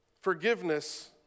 Forgiveness